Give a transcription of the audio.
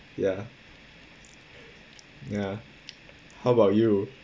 ya ya how about you